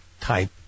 type